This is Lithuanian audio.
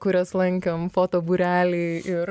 kurias lankėm foto būreliai ir